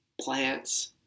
plants